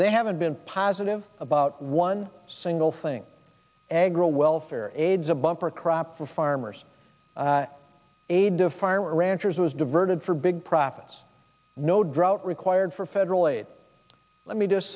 they haven't been positive about one single thing agro welfare aids a bumper crop for farmers aid of fire ranchers was diverted for big profits no drought required for federal aid let me just